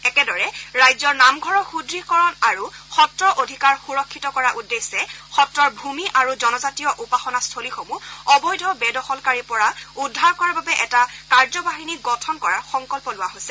একেদৰে ৰাজ্যৰ নামঘৰৰ সুদ্য়কৰণ আৰু সত্ৰৰ অধিকাৰ সুৰক্ষিত কৰাৰ উদ্দেশ্যে সত্ৰৰ ভূমি আৰু জনজাতীয় উপাসনাস্থলীসমূহ অবৈধ বেদখলকাৰীৰ পৰা উদ্ধাৰ কৰাৰ বাবে এটা কাৰ্যবাহিনী গঠন কৰাৰ সংকল্প লোৱা হৈছে